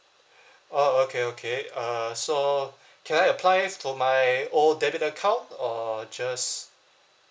uh okay okay uh so can I apply from my old debit account or just